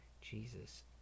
Jesus